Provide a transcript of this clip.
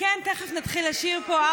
לעצמי: כן, תכף נתחיל לשיר פה.